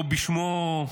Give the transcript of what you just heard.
או בשמו,